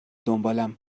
دنبالم